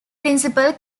principle